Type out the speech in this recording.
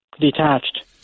detached